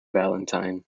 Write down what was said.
valentine